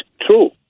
true